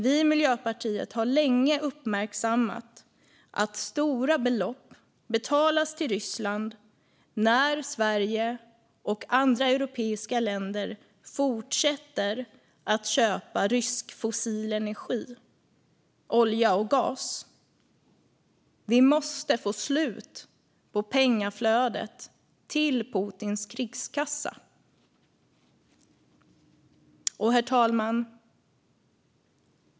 Vi i Miljöpartiet har länge uppmärksammat att stora belopp betalas till Ryssland när Sverige och andra europeiska länder fortsätter att köpa rysk fossil energi, olja och gas. Vi måste få slut på pengaflödet till Putins krigskassa. Herr talman!